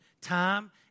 time